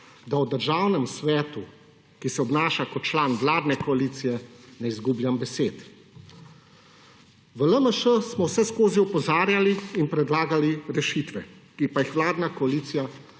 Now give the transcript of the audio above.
da o Državnem svetu, ki se obnaša kot član vladne koalicije, ne izgubljam besed. V LMŠ smo vseskozi opozarjali in predlagali rešitve, ki pa jih vladna koalicija